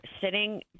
sitting